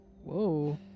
Whoa